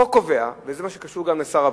החוק קובע, וזה מה שקשור גם לשר הפנים,